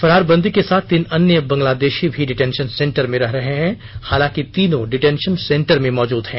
फरार बंदी के साथ तीन अन्य बांग्लादेशी भी डिटेंशन सेंटर में रह रहे हैं हालांकि तीनों डिटेंशन सेंटर में मौजूद हैं